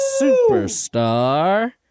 Superstar